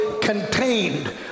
contained